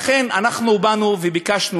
לכן אנחנו ביקשנו,